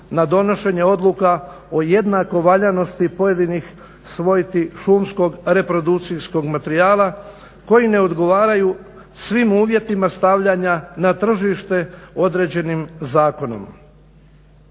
na donošenje odluka o jednako valjanosti pojedinih svojti šumskog reprodukcijskog materijala koji ne odgovaraju svim uvjetima stavljanja na tržište određenim zakonom.